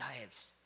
lives